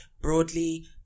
Broadly